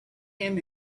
him